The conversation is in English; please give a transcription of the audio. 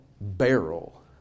barrel